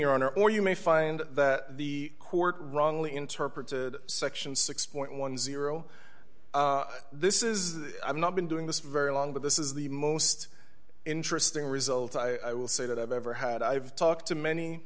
honor or you may find that the court wrongly interpreted section six point one this is i'm not been doing this very long but this is the most interesting result i will say that i've ever had i've talked to many